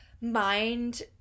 mind